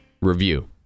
review